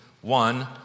one